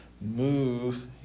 move